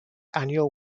annual